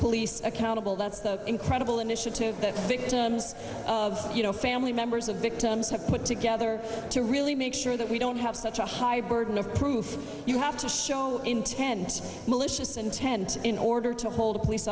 police accountable that's the incredible initiative that think terms of you know family members of victims have put together to really make sure that we don't have such a high burden of proof you have to show intent malicious intent in order to hold a police